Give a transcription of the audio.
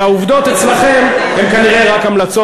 והעובדות אצלכם הן כנראה רק המלצות.